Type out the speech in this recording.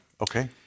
Okay